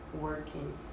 working